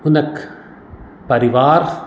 हुनक परिवार